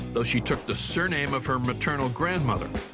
though she took the surname of her maternal grandmother.